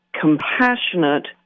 compassionate